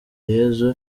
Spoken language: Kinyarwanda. yezu